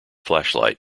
flashlight